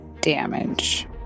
damage